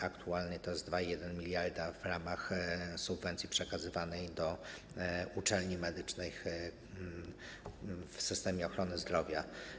Aktualnie to jest 2,1 mld w ramach subwencji przekazywanej do uczelni medycznych w systemie ochrony zdrowia.